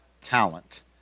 talent